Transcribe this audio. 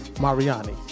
Mariani